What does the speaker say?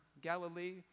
Galilee